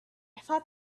thought